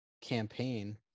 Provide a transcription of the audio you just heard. campaign